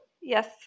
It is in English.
Yes